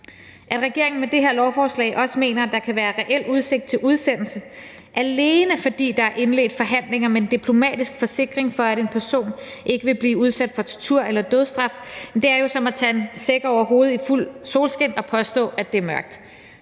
At regeringen med det her lovforslag også mener, at der kan være reel udsigt til udsendelse, alene fordi der er indledt forhandlinger med en diplomatisk forsikring om, at en person ikke vil blive udsat for tortur eller dødsstraf, er jo som at tage en sæk over hovedet i fuldt solskin og påstå, at det er mørkt.